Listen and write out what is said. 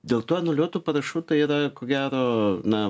dėl to anuliuotų parašų tai yra ko gero na